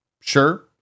Sure